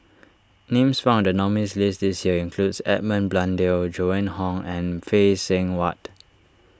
names found in the nominees' list this year includes Edmund Blundell Joan Hon and Phay Seng Whatt